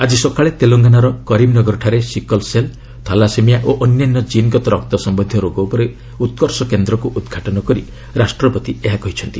ଆଜି ସକାଳେ ତେଲେଙ୍ଗାନାର କରିମନଗରଠାରେ ସିକଲ ସେଲ୍ ଥାଲାସେମିଆ ଓ ଅନ୍ୟାନ୍ୟ ଜିନ୍ଗତ ରକ୍ତ ସମ୍ଭନ୍ଧୀୟ ରୋଗ ଉପରେ ଉତ୍କର୍ଷ କେନ୍ଦ୍କୁ ଉଦ୍ଘାଟନ କରି ରାଷ୍ଟ୍ରପତି ଏହା କହିଛନ୍ତି